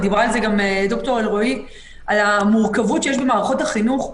ודיברה גם ד"ר אלרעי על המורכבות שיש במערכות החינוך,